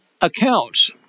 accounts